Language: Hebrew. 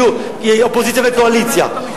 אופוזיציה וקואליציה,